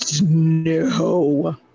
No